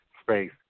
space